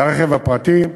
לרכב הפרטי.